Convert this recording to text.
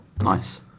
Nice